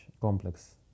complex